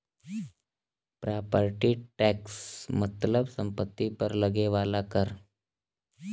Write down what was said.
property tax मतलब सम्पति पर लगे वाला कर